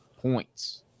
points